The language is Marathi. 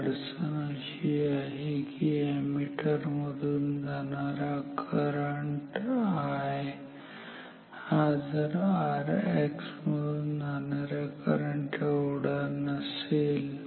अडचण अशी आहे की अॅमीटर मधून जाणारा करंट I हा जर Rx मधून जाणाऱ्या करंट एवढा नसेल